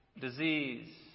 disease